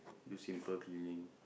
do simple cleaning